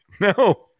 no